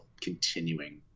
continuing